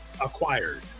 acquired